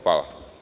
Hvala.